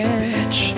bitch